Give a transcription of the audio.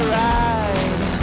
ride